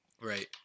Right